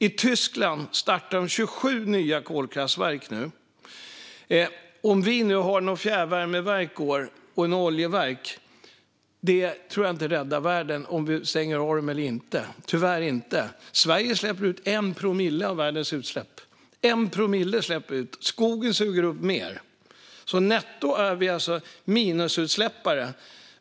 I Tyskland startar man nu 27 nya kolkraftverk. Om vi nu har några fjärrvärmeverk och oljeverk som går tror jag tyvärr inte att det räddar världen om vi stänger av dem. Sverige står för 1 promille av världens utsläpp. Skogen suger upp mer. Netto är vi alltså minusutsläppare.